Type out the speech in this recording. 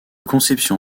conception